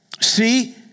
see